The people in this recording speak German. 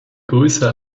grüße